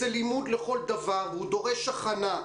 זה לימוד לכל דבר שדורש הכנה.